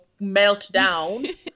meltdown